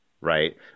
right